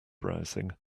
browsing